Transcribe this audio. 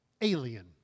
alien